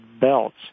belts